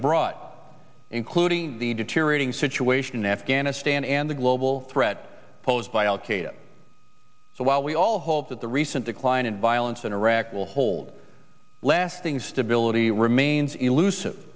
abroad including the deteriorating situation in afghanistan and the global threat posed by al qaeda so while we all hope that the recent decline in violence in iraq will hold lasting stability remains elusive